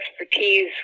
expertise